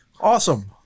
Awesome